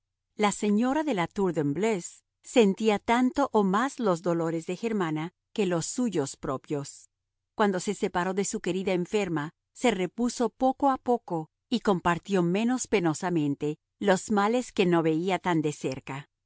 la señora de la tour de embleuse sentía tanto o más los dolores de germana que los suyos propios cuando se separó de su querida enferma se repuso poco a poco y compartió menos penosamente los males que no veía tan de cerca